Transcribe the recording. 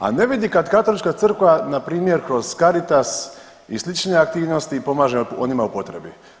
A ne vidi kad Katolička crkva npr. kroz Caritas i slične aktivnosti, pomaže onima u potrebi.